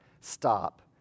stop